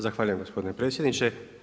Zahvaljujem gospodine predsjedniče.